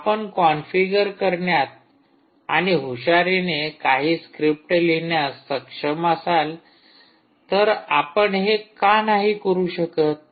आपण कॉन्फिगर करण्यात आणि हुशारीने काही स्क्रिप्ट लिहिण्यास सक्षम असाल तर आपण हे का नाही करू शकत